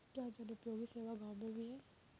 क्या जनोपयोगी सेवा गाँव में भी है?